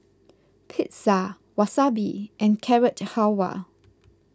Pizza Wasabi and Carrot Halwa